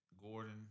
Gordon